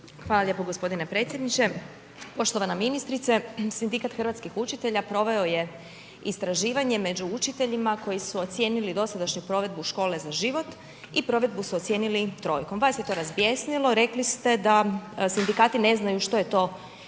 Hvala lijepo gospodine predsjedniče. Poštovana ministrice, sindikat hrvatskih učitelja, proveo je istraživanje, među učiteljima, koji su ocijenili dosadašnju provedbu škole za život. I provedbu su ocijenili trojkom. Vas je to razbjesnilo i rekli ste, da sindikati ne znaju što je to istraživanje,